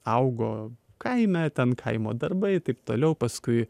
augo kaime ten kaimo darbai taip toliau paskui